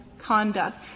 conduct